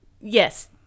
yes